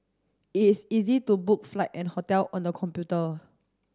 it is easy to book flight and hotel on the computer